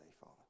Father